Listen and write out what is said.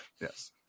Yes